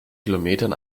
kilometern